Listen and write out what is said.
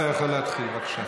אתה יכול להתחיל, בבקשה.